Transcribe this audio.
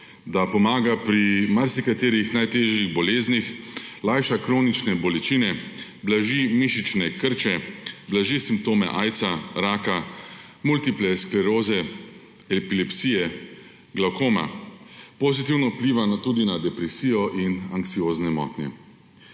da pomaga pri marsikaterih najtežjih boleznih, lajša kronične bolečine, blaži mišične krče, blaži simptome aidsa, raka, multiple skleroze, epilepsije, glavkoma, pozitivno vpliva tudi na depresijo in anksiozne motnje.